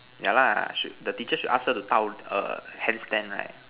ya lah should the teacher should ask her to handstand right